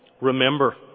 remember